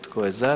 Tko je za?